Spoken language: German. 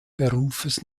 berufes